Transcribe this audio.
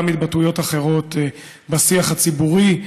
גם להתבטאויות אחרות בשיח הציבורי.